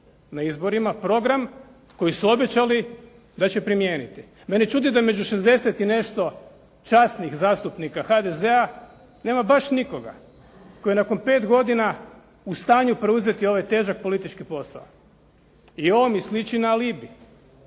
na izborima program koji su obećali da će primijeniti. Mene čudi da među 60 i nešto časnih zastupnika HDZ-a nema baš nikoga koji je nakon pet godina u stanju preuzeti ovaj težak politički posao i ovo mi sliči na alibi,